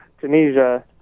Tunisia